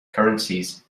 currencies